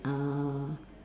uh